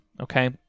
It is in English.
okay